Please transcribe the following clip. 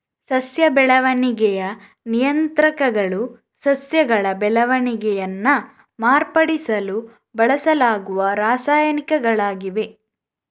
ಸಸ್ಯ ಬೆಳವಣಿಗೆಯ ನಿಯಂತ್ರಕಗಳು ಸಸ್ಯಗಳ ಬೆಳವಣಿಗೆಯನ್ನ ಮಾರ್ಪಡಿಸಲು ಬಳಸಲಾಗುವ ರಾಸಾಯನಿಕಗಳಾಗಿವೆ